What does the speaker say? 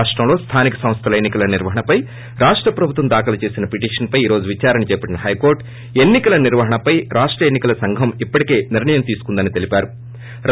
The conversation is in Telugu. రాష్టంలో స్థానిక సంస్థల ఎన్న్ కల నిర్వహణపై రాష్ట ప్రభుత్వం దాఖలు చేసేన పిటిషన్పై ఈ రోజు విదారణ చేపట్టిన్ హైకోర్టు ఎన్నికల నిర్వహణపై రాష్ట ఎన్నికల సంఘం ఇప్పటికే నిర్ణయం తీసుకుందని తెలిపారు